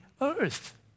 earth